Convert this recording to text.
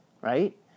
Right